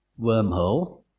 wormhole